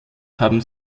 haben